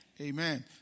Amen